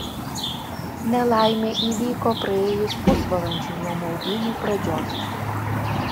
nelaimė įvyko praėjus pusvalandžiui nuo maudynių pradžios